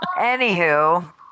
Anywho